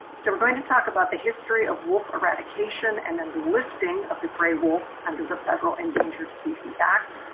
so we're gonna talk about the history of wolf eradication, and then the listing of the gray wolf under the federal endangered species act,